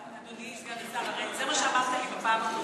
אדוני סגן השר, הרי זה מה שאמרת לי בפעם הקודמת.